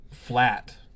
Flat